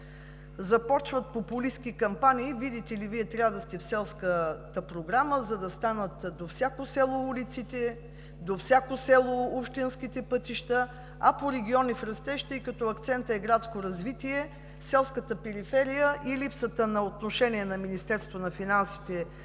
започват популистки кампании, видите ли, Вие трябва да сте в Селската програма, за да станат във всяко село улиците, във всяко село общинските пътища, а по „Региони в растеж“, тъй като акцентът е градското развитие, селската периферия и липсата на отношение на Министерството на финансите